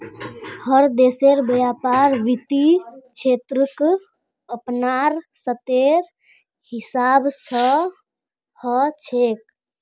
हर देशेर व्यापार वित्त क्षेत्रक अपनार स्तरेर हिसाब स ह छेक